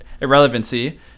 irrelevancy